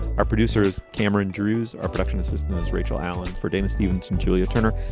our producers, cameron drus, our production assistant is rachel allen. for dana stevens and julia turner,